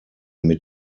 mit